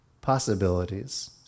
possibilities